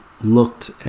looked